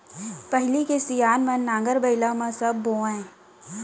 पहिली के सियान मन नांगर बइला म सब बोवयँ